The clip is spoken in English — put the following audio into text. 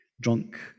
drunk